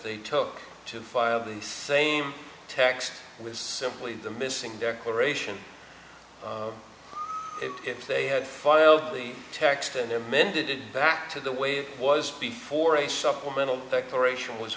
they took to file the same text was simply the missing declaration if they had filed the text and amended it back to the way it was before a supplemental declaration was